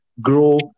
grow